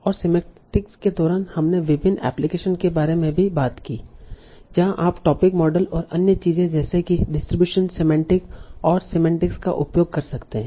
और सिमेंटीक्स के दौरान हमने विभिन्न एप्लीकेशन के बारे में भी बात की जहाँ आप टोपिक मॉडल और अन्य चीजे जैसे कि डिस्ट्रीब्यूशन सिमेंटीक्स और Refer Time 0035 सिमेंटीक्स का उपयोग कर सकते हैं